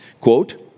Quote